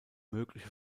mögliche